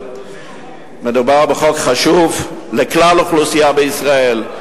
ומדובר בחוק חשוב לכלל האוכלוסייה בישראל,